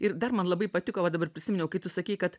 ir dar man labai patiko va dabar prisiminiau kaip tu sakei kad